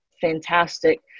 fantastic